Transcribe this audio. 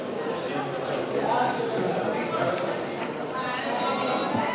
הצעת חוק שידורי הטלוויזיה מהכנסת,